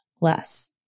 less